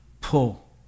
pull